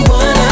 one